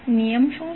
નિયમ શું છે